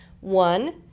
One